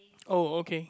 oh okay